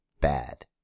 Bad